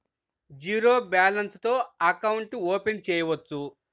Zero balance తో account open చేయవచ్చు?